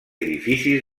edificis